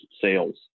sales